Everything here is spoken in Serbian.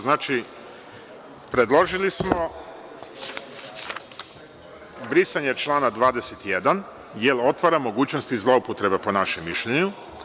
Znači, predložili smo brisanje člana 21. jer otvara mogućnosti zloupotrebe po našem mišljenju.